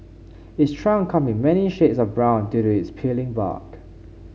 its trunk come in many shades of brown due to its peeling bark